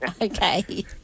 Okay